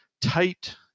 tight